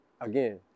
again